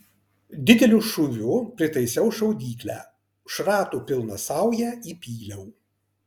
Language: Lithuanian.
dideliu šūviu pritaisiau šaudyklę šratų pilną saują įpyliau